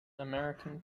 american